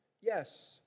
Yes